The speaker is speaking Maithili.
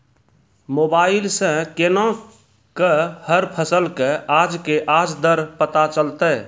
मोबाइल सऽ केना कऽ हर फसल कऽ आज के आज दर पता चलतै?